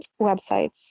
websites